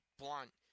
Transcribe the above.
blunt